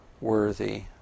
worthy